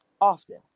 often